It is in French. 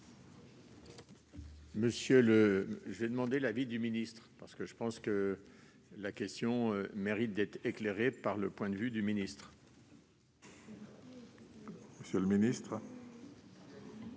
Monsieur le ministre,